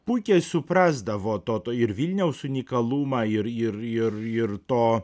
puikiai suprasdavo to to ir vilniaus unikalumą ir ir ir ir to